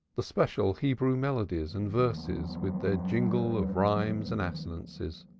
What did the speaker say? the special hebrew melodies and verses with their jingle of rhymes and assonances,